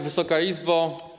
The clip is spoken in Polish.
Wysoka Izbo!